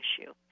issue